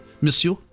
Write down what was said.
monsieur